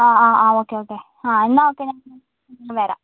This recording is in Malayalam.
ആ ആ ഓക്കേ ഓക്കേ ആ എന്നാൽ ഓക്കേ ഞാൻ നേരിട്ടങ്ങ് വരാം